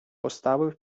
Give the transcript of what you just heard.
поставив